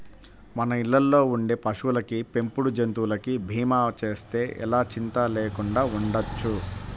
మన ఇళ్ళల్లో ఉండే పశువులకి, పెంపుడు జంతువులకి భీమా చేస్తే ఎలా చింతా లేకుండా ఉండొచ్చు